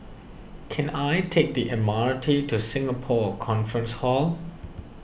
can I take the M R T to Singapore Conference Hall